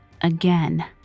again